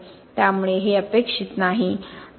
त्यामुळे हे अपेक्षित नाही